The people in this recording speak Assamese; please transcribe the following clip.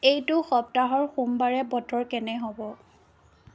এইটো সপ্তাহৰ সোমবাৰে বতৰ কেনে হ'ব